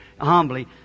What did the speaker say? humbly